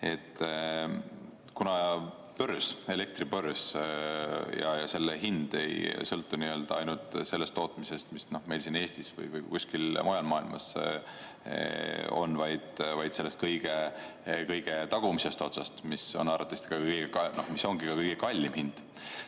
Kuna elektribörs ja elektri hind ei sõltu ainult sellest tootmisest, mis meil siin Eestis või kuskil mujal maailmas on, vaid sellest kõige tagumisest otsast, mis on arvatavasti või